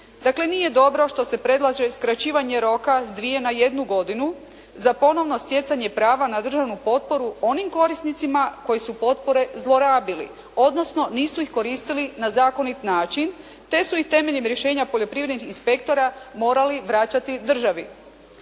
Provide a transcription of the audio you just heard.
Dakle, nije dobro što se predlaže skraćivanje roka sa dvije na jednu godinu za ponovno stjecanje prava na državnu potporu onim korisnicima koji su potpore zlorabili, odnosno nisu ih koristili na zakonit način, te su temeljem rješenja poljoprivrednih inspektora morali vraćati državi.